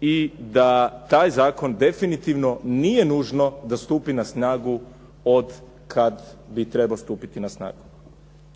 i da taj zakon definitivni nije nužno da stupi na snagu od kada bi trebao stupiti na snagu.